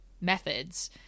methods